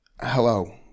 Hello